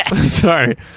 Sorry